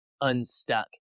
unstuck